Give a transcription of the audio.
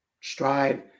strive